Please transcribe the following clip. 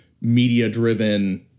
media-driven